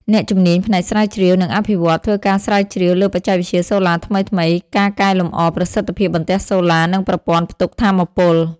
អ្នកជំនាញផ្នែកស្រាវជ្រាវ និងអភិវឌ្ឍន៍ ធ្វើការស្រាវជ្រាវលើបច្ចេកវិទ្យាសូឡាថ្មីៗ ការកែលម្អប្រសិទ្ធភាពបន្ទះសូឡា និងប្រព័ន្ធផ្ទុកថាមពល។